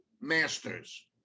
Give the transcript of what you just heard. masters